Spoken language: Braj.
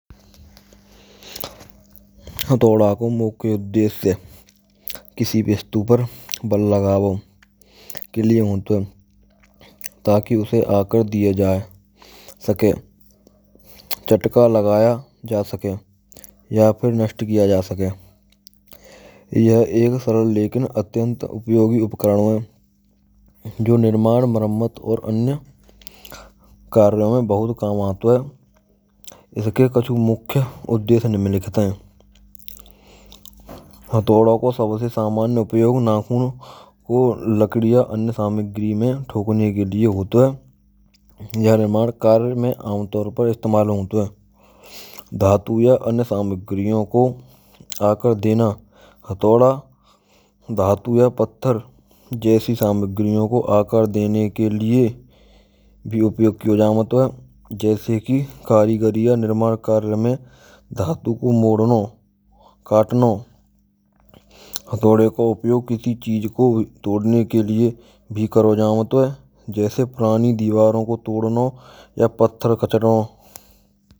Hathauda ko mukhya udeshya. Kisee vaastu par bal lgane ke lie hoat hay. Taki usee akar diya ja ske. Chatka lgaya ja skel ya Phir nasht kiya ja sake. Yah ek saral lekin atyant upayogee upakaranon mai jo nirmaan marmamat aur any kaaryon mein bahut kam aato hay. Isake kachhoo mukh uddeshy nimlikhit hai. Hathauda ko sabase saamaany upayog nakhun ko lakadeeyaan samagree mein thokane ke lie hoto hay. Yah nirman karya mein aamataur par istemal hoto hay. Dhaatu ya anya saamagree ko akar dena. Hathauda dhaatu ya patthar jaisee saamagree ko aakaar dene ke lie bhi upayog kiyo Javat hay. Jaise ki kaareegari ya nirmaan kaary mein dhatu ko modno, katno. Hathauda ke upyog kisi cheej ko todne ke liye bhi kro javat hay.